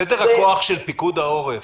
סדר הכוח של פיקוד העורף,